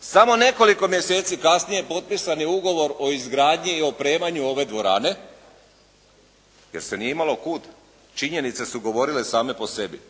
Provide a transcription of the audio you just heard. Samo nekoliko mjeseci kasnije potpisan je ugovor o izgradnji i opremanju ove dvorane jer se nije imalo kuda, činjenice su govorile same po sebi.